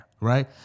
Right